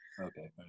Okay